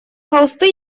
холсты